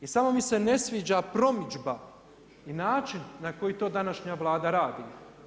I samo mi se ne sviđa promidžba i način na koji to današnja Vlada radi.